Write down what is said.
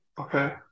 Okay